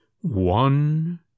One